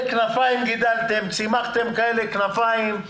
צימחתם כנפיים ענקיות.